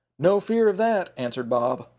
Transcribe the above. no fear of that, answered bob.